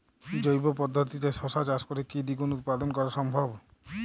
জৈব পদ্ধতিতে শশা চাষ করে কি দ্বিগুণ উৎপাদন করা সম্ভব?